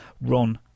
Ron